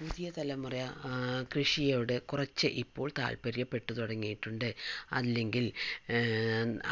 പുതിയ തലമുറ കൃഷിയോട് കുറച്ച് ഇപ്പോൾ താത്പര്യപ്പെട്ട് തുടങ്ങിയിട്ടുണ്ട് അല്ലെങ്കിൽ